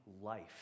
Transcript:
life